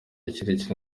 kirekire